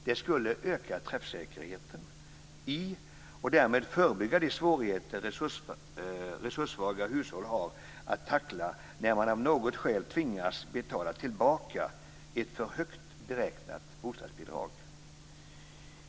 Det skulle öka träffsäkerheten i och därmed förebygga de svårigheter resurssvaga hushåll har att tackla när man av något skäl tvingas betala tillbaka ett för högt beräknat bostadsbidrag.